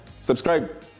subscribe